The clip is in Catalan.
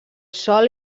sòl